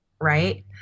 Right